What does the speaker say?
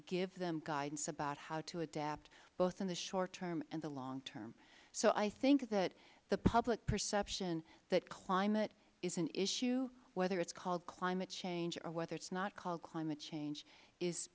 give them guidance about how to adapt both in the short term and the long term so i think that the public perception that climate is an issue whether it is called climate change or whether it is not called climate change is